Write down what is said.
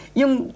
yung